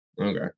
Okay